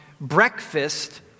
breakfast